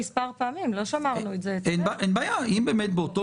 נקטנו במספר צעדים כדי להקל על מטופלים סיעודיים ממרץ 2020. נקטנו באופן